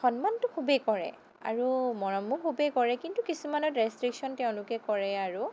সন্মানটো খুবেই কৰে আৰু মৰমো খুবেই কৰে কিন্তু কিছুমানত ৰেষ্ট্ৰিকশ্য়ন তেওঁলোকে কৰে আৰু